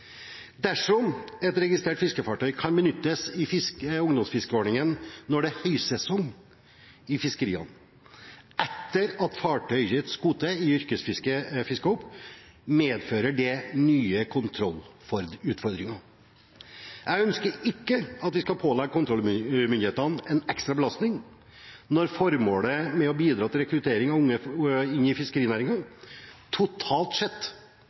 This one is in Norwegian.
Dersom et registrert fiskefartøy kan benyttes i ungdomsfiskeordningen når det er høysesong i fiskeriene, etter at fartøyets kvote i yrkesfisket er fisket opp, medfører det nye kontrollutfordringer. Jeg ønsker ikke at vi skal pålegge kontrollmyndighetene en ekstra belastning når formålet med å bidra til rekruttering av unge inn i fiskerinæringen totalt sett